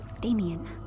Damien